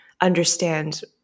understand